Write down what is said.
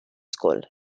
school